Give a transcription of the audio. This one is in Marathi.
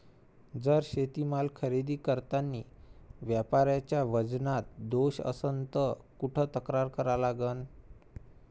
जर शेतीमाल खरेदी करतांनी व्यापाऱ्याच्या वजनात दोष असन त कुठ तक्रार करा लागन?